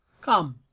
Come